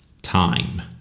time